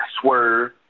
Swerve